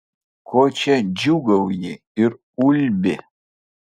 ko čia džiūgauji ir ulbi